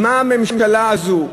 הממשלה הזו,